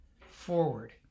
forward